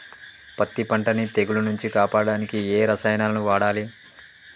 పత్తి పంటని తెగుల నుంచి కాపాడడానికి ఏ రసాయనాలను వాడాలి?